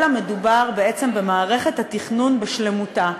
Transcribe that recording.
אלא מדובר בעצם במערכת התכנון בשלמותה,